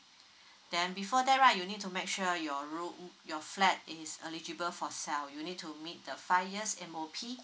then before that right you need to make sure your room your flat is eligible for sell you need to meet the five years M_O_P